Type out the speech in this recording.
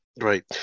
Right